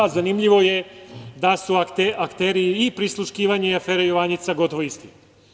Zanimljivo je da su akteri i prisluškivanje i afere „Jovanjica“ gotovo isti.